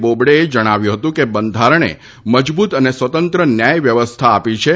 બોબડેએ જણાવ્યું હતુ કે બંધારણે મજબૂત અને સ્વતંત્ર ન્યાય વ્યવસ્થા આપી છે